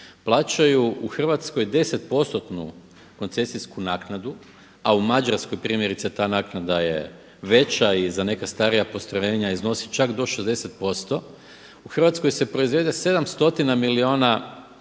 plaćaju u Hrvatskoj 10% koncesijsku naknadu. A u Mađarskoj primjerice ta naknada je veća i za neka starija postrojenja iznosi čak do 60%. U Hrvatskoj se proizvede 7 stotina